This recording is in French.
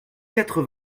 quatre